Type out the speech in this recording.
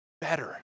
better